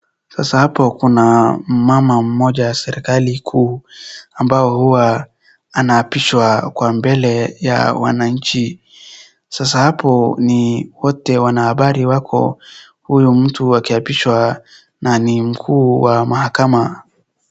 Sasa hapo kuna mmama mmoja wa serikali kuu ambao huwa anapishwa kwa mbele ya wananchi .Sasa hapo ni wote wanahabari wako huyu mtu akiapishwa na ni mkuu wa mahakama.